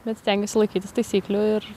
bet stengiuosi laikytis taisyklių ir